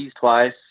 twice